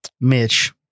mitch